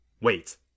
Wait